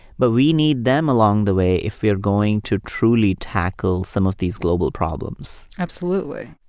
but we need them along the way if we're going to truly tackle some of these global problems absolutely.